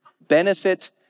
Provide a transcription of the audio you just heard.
Benefit